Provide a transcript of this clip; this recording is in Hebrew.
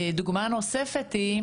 דוגמה נוספת,